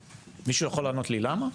מישהו יכול לענות לי למה?